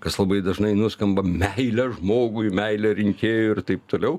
kas labai dažnai nuskamba meilę žmogui meilę rinkėjui ir taip toliau